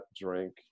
drink